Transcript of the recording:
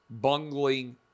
bungling